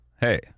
hey